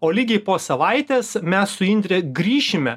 o lygiai po savaitės mes su indre grįšime